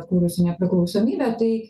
atkūrusi nepriklausomybę tai